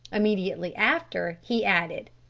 immediately after he added,